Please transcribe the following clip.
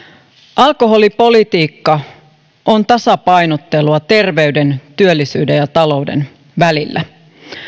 alkoholipolitiikka on tasapainottelua terveyden työllisyyden ja talouden välillä